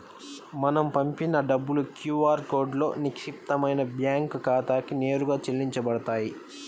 మనం పంపిన డబ్బులు క్యూ ఆర్ కోడ్లో నిక్షిప్తమైన బ్యేంకు ఖాతాకి నేరుగా చెల్లించబడతాయి